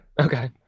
Okay